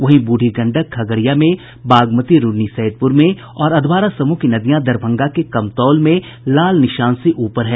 वहीं बूढ़ी गंडक खगड़िया में बागमती रून्नीसैदपुर में और अधवारा समूह की नदियां दरभंगा के कमतौल में लाल निशान से ऊपर है